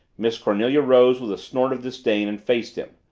miss cornelia rose with a snort of disdain and faced him.